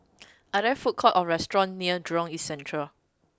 are there food courts or restaurants near Jurong East Central